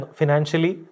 financially